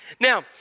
Now